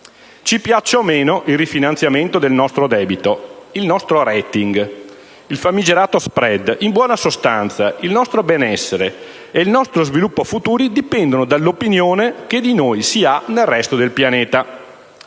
Ci piaccia o meno, il rifinanziamento del nostro debito, il nostro *rating*, il famigerato *spread*, in buona sostanza il nostro benessere e il nostro sviluppo futuro dipendono dall'opinione che di noi si ha nel resto del Paese.